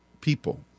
people